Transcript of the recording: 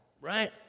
right